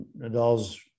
Nadal's